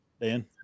Dan